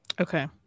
okay